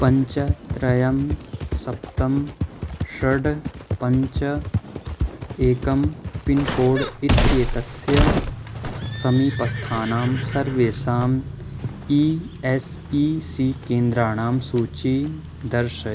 पञ्च त्रयं सप्त षड् पञ्च एकं पिन्कोड् इत्येतस्य समीपस्थानां सर्वेषाम् ई एस् ई सी केन्द्राणां सूचीं दर्शय